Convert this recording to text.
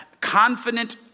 confident